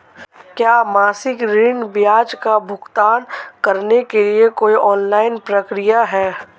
क्या मासिक ऋण ब्याज का भुगतान करने के लिए कोई ऑनलाइन प्रक्रिया है?